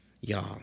Y'all